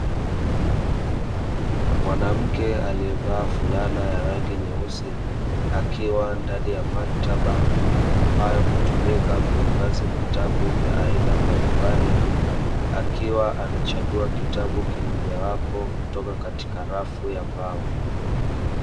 Mwanamke aliyevaa fulana ya rangi nyeusi akiwa ndani ya maktaba ambayo hutumika kuhifadhi vitabu vya aina mbalimbali, akiwa anachagua kitabu kimojawapo kutoka katika rafu ya mbao.